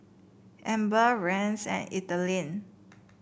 Amber Rance and Ethelene